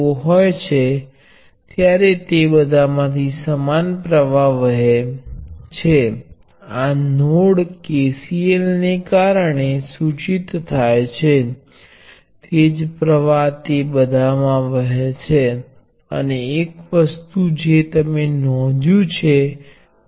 આ કરવાનું કારણ એ છે કે સમસ્યાઓ વધુ અને વધુ જટિલ થતાં જાય છે તમારે હજી પણ તેના દરેક પગલાને સાબિત કરવા અને દરેક વસ્તુને કનેક્ટ કરવા માટે સક્ષમ થવું જોઈએ દરેક નવું પરિણામ કંઈક એવી વસ્તુ સાથે કે જેને તમે જાણો છો